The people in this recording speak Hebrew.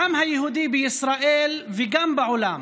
העם היהודי בישראל וגם בעולם